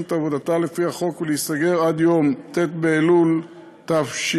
את עבודתה לפי החוק ולהיסגר עד יום ט' באלול התשע"ז,